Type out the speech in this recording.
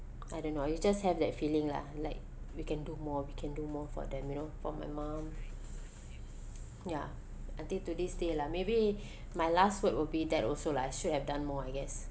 I don't know I just have that feeling lah like we can do more we can do more for them you know for my mom ya until to this day lah maybe my last word would be that also lah I should have done more I guess